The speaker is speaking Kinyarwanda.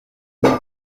niko